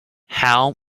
how